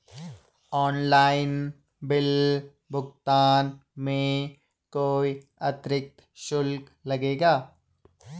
Online bill भुगतान में कोई अतिरिक्त शुल्क लगेगा?